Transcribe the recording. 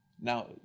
Now